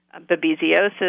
babesiosis